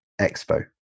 expo